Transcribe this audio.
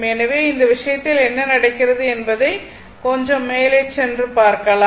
எனவே இந்த விஷயத்தில் என்ன நடக்கிறது என்பதை கொஞ்சம் மேலே சென்று பார்ப்போம்